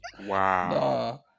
Wow